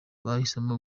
bahisemo